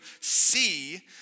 see